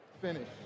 finish